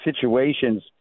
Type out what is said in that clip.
situations